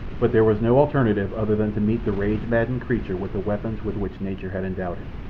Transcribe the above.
but there was no alternative other than to meet the rage-maddened creature with the weapons with which nature had endowed him.